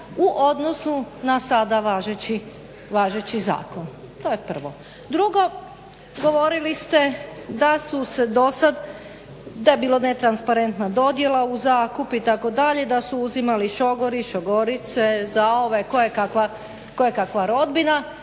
u odnosu na sada važeći zakon? to je prvo. Drugo, govorili ste da je bilo netransparentna dodjela u zakup itd. da su uzimali šogori, šogorice, zaove kojekakva rodbina,